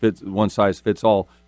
one-size-fits-all